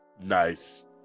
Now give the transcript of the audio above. nice